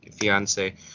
fiance